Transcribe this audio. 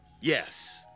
Yes